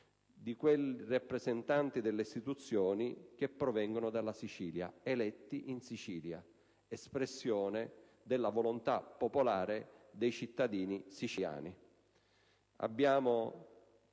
del Governo e della maggioranza, che provengono dalla Sicilia, eletti in Sicilia, espressione della volontà popolare dei cittadini siciliani.